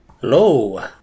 Hello